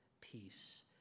peace